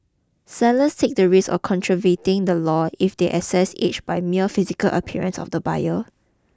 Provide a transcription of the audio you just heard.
sellers take the risk of contravening the law if they assess age by mere physical appearance of the buyer